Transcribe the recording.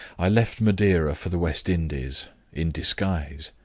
i left madeira for the west indies in disguise.